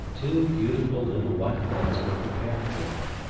two beautiful little white beds were prepared for them,